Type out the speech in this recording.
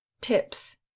tips